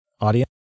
audience